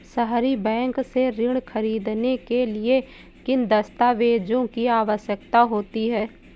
सहरी बैंक से ऋण ख़रीदने के लिए किन दस्तावेजों की आवश्यकता होती है?